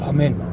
Amen